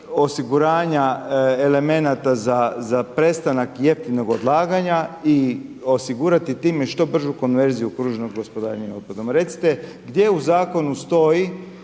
osiguranja elemenata za prestanak jeftinog odlaganja i osigurati time što bržu konverziju kružnog gospodarenja otpadom. Recite gdje u zakonu stoji